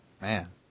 Man